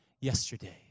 yesterday